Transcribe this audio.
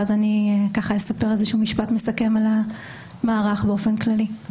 ואחר כך אומר משפט מסכם על המערך באופן כללי.